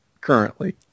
Currently